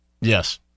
Yes